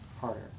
harder